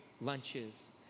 lunches